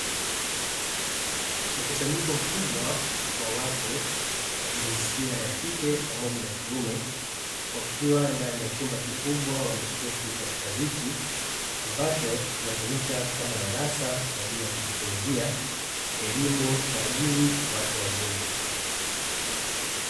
Mkusanyiko mkubwa wa watu, wa jinsia ya kike pamoja na kiume, wakiwa ndani ya chumba kikubwa wameketi katika viti, ambacho kinatumika kama darasa kwa ajili ya kujifunzia elimu kwa ajili ya watu wazima.